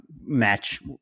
match